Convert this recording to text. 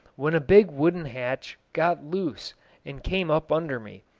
when a big wooden hatch got loose and came up under me.